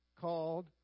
called